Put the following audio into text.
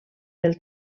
del